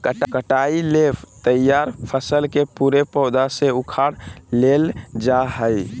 कटाई ले तैयार फसल के पूरे पौधा से उखाड़ लेल जाय हइ